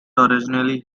originally